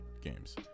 games